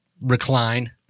recline